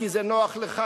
כי זה נוח לך,